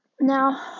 Now